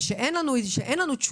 וכשאין לנו תשובה,